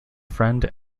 friend